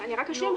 אני רק אשלים.